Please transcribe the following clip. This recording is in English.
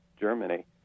Germany